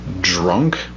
drunk